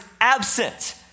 absent